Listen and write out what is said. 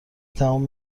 تموم